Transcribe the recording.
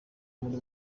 muri